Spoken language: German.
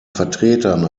vertretern